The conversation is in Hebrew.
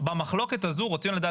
במחלוקת הזו רוצים לדעת מי קובע.